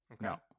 No